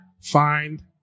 find